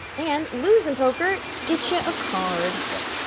and losin' poker gets ya a card. yep.